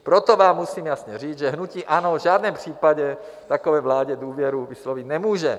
Proto vám musím jasně říct, že hnutí ANO v žádném případě takové vládě důvěru vyslovit nemůže.